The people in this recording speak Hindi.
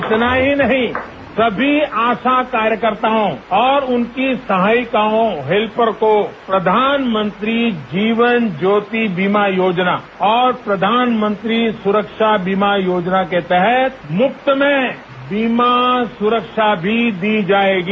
इतना ही नहीं सभी आशा कार्यकर्ताओं और उनकी सहायिकाओं हेल्पर को प्रधानमंत्री जीवन ज्योति बीमा योजना और प्रधानमंत्री सुरक्षा बीमा योजना के तहत मुफ्त में बीमा सुरक्षा दी जाएगी